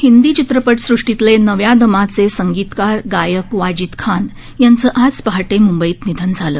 हिंदी चित्रपट सृष्टीतले नव्या दमाचे संगीतकार गायक वाजिद खान यांचं आज पहाटे मंबईत निधन झालं